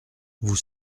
vous